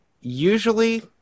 usually